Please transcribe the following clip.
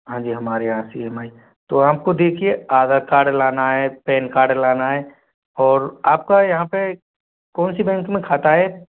हाँ जी हमारे यहाँ से ई एम आई तो हमको देखिए आधार कार्ड लाना है पैन कार्ड लाना है और आपका यहाँ पे कौनसी बैंक में खाता है